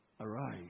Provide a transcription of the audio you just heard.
Arise